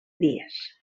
dies